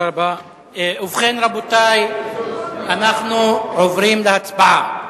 ובכן, רבותי, אנחנו עוברים להצבעה.